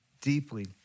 deeply